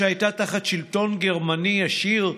שהייתה תחת שלטון גרמני ישיר,